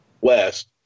west